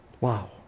Wow